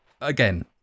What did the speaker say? Again